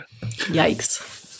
Yikes